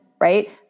right